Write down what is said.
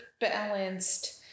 balanced